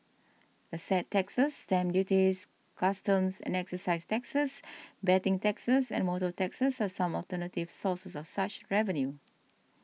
asset taxes stamp duties customs and excise taxes betting taxes and motor taxes are some alternative sources of such revenue